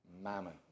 mammon